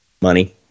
Money